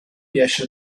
riesce